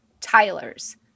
Tyler's